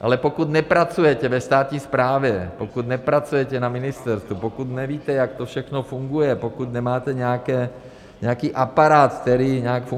Ale pokud nepracujete ve státní správě, pokud nepracujete na ministerstvu, pokud nevíte, jak to všechno funguje, pokud nemáte nějaký aparát, který nějak funguje...